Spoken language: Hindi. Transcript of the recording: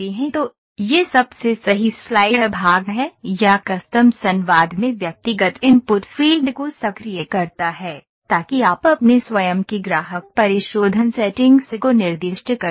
तो यह सबसे सही स्लाइडर भाग है या कस्टम संवाद में व्यक्तिगत इनपुट फ़ील्ड को सक्रिय करता है ताकि आप अपने स्वयं के ग्राहक परिशोधन सेटिंग्स को निर्दिष्ट कर सकें